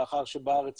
לאחר שבארץ